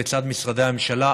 מצד משרדי הממשלה.